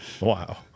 Wow